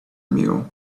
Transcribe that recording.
meal